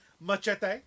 Machete